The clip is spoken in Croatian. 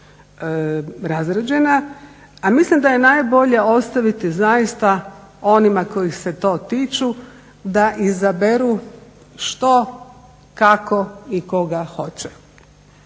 A mislim da je najbolje ostaviti zaista onima kojih se to tiče da izaberu što, kako i koga hoće.